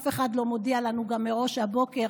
אף אחד לא מודיע לנו גם מראש שהבוקר